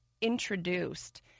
introduced